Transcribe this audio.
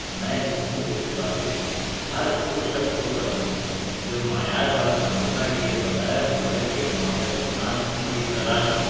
میں اس فون کی سفارش ہر اس شخص کو کروں گا جو معیار پر سمجھوتا کئے بغیر بجٹ کے موافق اسمارٹ فون کی تلاش میں ہو